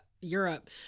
europe